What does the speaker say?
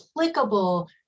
applicable